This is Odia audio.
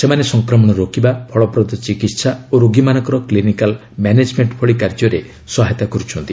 ସେମାନେ ସଂକ୍ରମଣ ରୋକିବା ଫଳପ୍ରଦ ଚିକିତ୍ସା ଓ ରୋଗୀମାନଙ୍କର କ୍ଲିନିକାଲ୍ ମ୍ୟାନେଜ୍ମେଣ୍ଟ ଭଳି କାର୍ଯ୍ୟରେ ସହାୟତା କରୁଛନ୍ତି